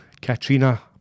Katrina